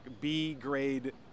B-grade